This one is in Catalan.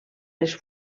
les